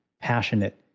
Passionate